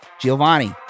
Giovanni